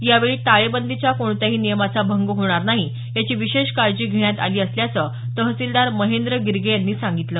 यावेळी टाळेबंदीच्या कोणत्याही नियमांचा भंग होणार नाही याची विशेष काळजी घेण्यात आली असल्याचं तहसिलदार महेंद्र गिरगे यांनी सांगितलं